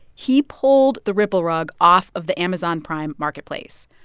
he pulled the ripple rug off of the amazon prime marketplace.